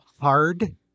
hard